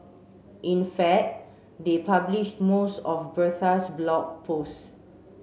in fact they published most of Bertha's Blog Posts